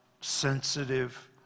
sensitive